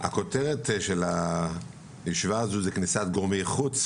הכותרת של הישיבה הזו זה כניסת גורמי חוץ